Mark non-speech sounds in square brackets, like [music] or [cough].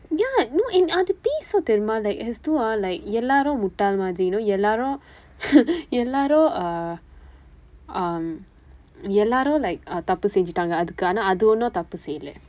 ya no and அது பேசும் தெரியுமா:athu peesum theriyumaa like has two hour like எல்லாரும் முட்டாள் மாதிரி:ellarum mutdaal mathiri you know எல்லாரும்:ellaarum [laughs] எல்லாரும்:ellaarum uh um எல்லாரும்:ellaarum like uh தப்பு செய்துட்டாங்க அதுக்கு ஆனா அது ஒன்னும் தப்பு செய்யலை:thappu seythutdaangka athukku athu aanaa onnum thappu seyyalai